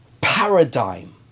paradigm